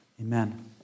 Amen